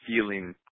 feeling